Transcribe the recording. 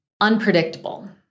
Unpredictable